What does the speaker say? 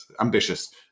ambitious